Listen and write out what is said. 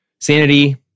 Sanity